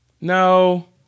No